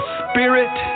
spirit